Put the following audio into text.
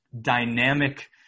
dynamic